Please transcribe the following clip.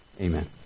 Amen